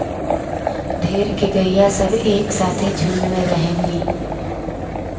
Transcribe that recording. ढेर के गइया सब एक साथे झुण्ड में रहलीन